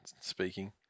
speaking